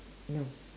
no